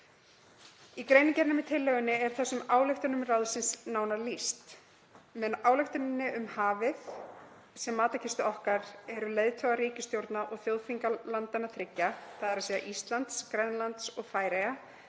Í greinargerð með tillögunni er þessum ályktunum ráðsins nánar lýst. Með ályktuninni um hafið sem matarkistu okkar eru leiðtogar ríkisstjórna og þjóðþinga landanna þriggja, þ.e. Íslands, Grænlands og Færeyja,